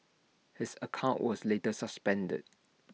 his account was later suspended